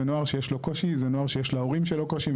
ונוער שיש לו קושי זה נוער שיש להורים שלו קושי,